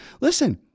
Listen